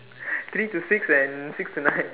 three to six and six to nine